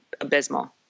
abysmal